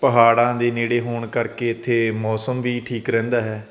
ਪਹਾੜਾਂ ਦੇ ਨੇੜੇ ਹੋਣ ਕਰਕੇ ਇਥੇ ਮੌਸਮ ਵੀ ਠੀਕ ਰਹਿੰਦਾ ਹੈ